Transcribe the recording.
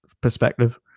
perspective